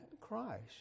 Christ